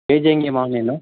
KG ಹೆಂಗೆ ಮಾವಿನಣ್ಣು